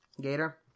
Gator